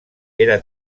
era